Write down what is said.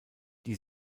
die